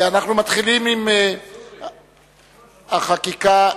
אנחנו מתחילים עם החקיקה הפרטית,